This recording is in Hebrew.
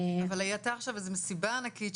אבל הייתה עכשיו איזה מסיבה ענקית,